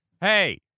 hey